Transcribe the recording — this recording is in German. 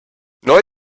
neu